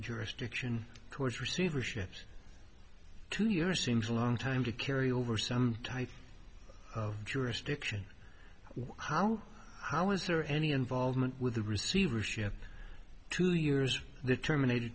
jurisdiction towards receivership two years seems a long time to carry over some type of jurisdiction how how is there any involvement with the receivership two years they terminat